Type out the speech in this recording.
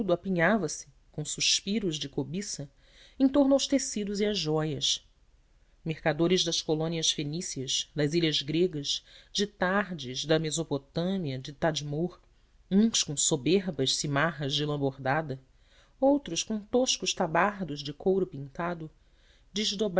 apinhava se com suspiros de cobiça em torno aos tecidos e às jóias mercadores das colônias fenícias das ilhas gregas de tárdis da mesopotâmia de tadmor uns com soberbas samarras de lã bordada outros com toscos tabardos de couro pintado